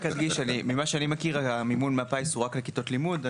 ממה שאני מכיר, המימון מהפיס הוא רק לכיתות לימוד?